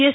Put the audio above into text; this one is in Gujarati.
એસ